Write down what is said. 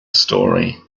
story